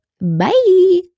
Bye